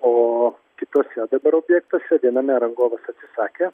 o kituose dabar objektuose viename rangovas atsisakė